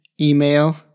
email